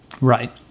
Right